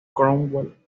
cromwell